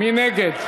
מי נגד?